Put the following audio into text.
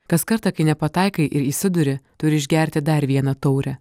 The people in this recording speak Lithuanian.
kaskartą kai nepataikai ir įsiduri turi išgerti dar vieną taurę